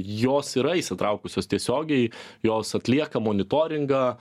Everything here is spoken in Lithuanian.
jos yra įsitraukusios tiesiogiai jos atlieka monitoringą